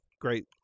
great